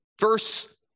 verse